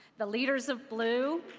the leaders of bluu,